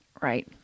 Right